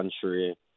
country